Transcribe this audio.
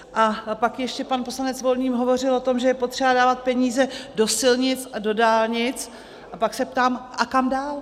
A pak ještě pan poslanec Volný hovořil o tom, že je potřeba dávat peníze do silnic a do dálnic, a tak se ptám kam dál?